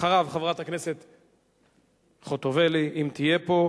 אחריו, חברת הכנסת חוטובלי, אם תהיה פה.